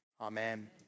Amen